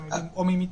-- או מי מטעמו,